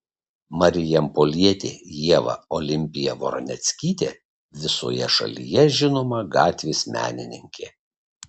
marijampolietė ieva olimpija voroneckytė visoje šalyje žinoma gatvės menininkė